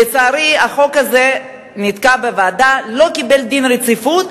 לצערי, החוק הזה נתקע בוועדה, לא קיבל דין רציפות,